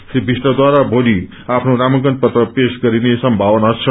श्री विष्टद्वारा मोली आफ्नो नामांकन पत्र पेश गर्ने संमावना छ